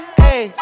hey